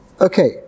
Okay